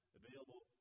available